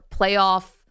playoff